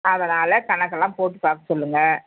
அதனால் கணக்கு எல்லாம் போட்டு பார்க்க சொல்லுங்கள்